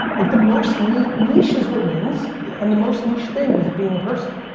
like, the most niche, niche is what wins and the most niche thing is being a person.